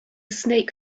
snake